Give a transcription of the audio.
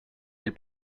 del